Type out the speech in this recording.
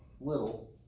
little